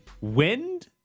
wind